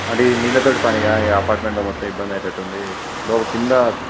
అంటే నీళ్ళతోటి పని కదా అపార్ట్మెంట్ మొత్తం ఇబ్బంది అయ్యేటట్టు ఉంది లో కింద